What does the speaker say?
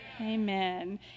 Amen